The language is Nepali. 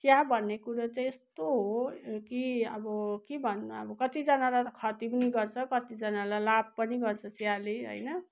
चिया भन्ने कुरो चाहिँ यस्तो हो कि अब के भन्नु अब कतिजनालाई त खती पनि गर्छ कतिजनालाई लाभ पनि गर्छ चियाले होइन